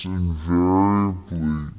invariably